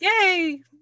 yay